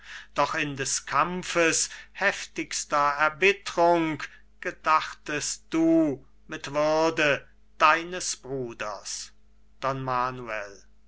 doch in des kampfes heftigster erbittrung gedachtest du mit würde deines bruders